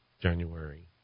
January